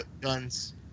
Guns